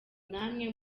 namwe